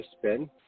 spin